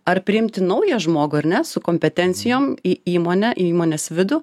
ar priimti naują žmogų ar ne su kompetencijom į įmonę į įmonės vidų